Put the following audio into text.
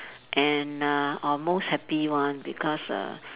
and uh or most happy one because uh